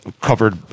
covered